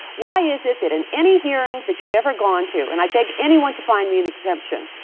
why is it that in any hearing that you've ever gone to, and i beg anyone to find me an exception,